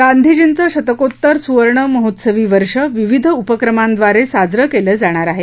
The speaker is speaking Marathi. गांधीजींचं शतकोत्तर सुवर्ण महोत्सवी वर्ष विविध उपक्रमांव्दारे हे वर्ष साजरे केले जाणार आहे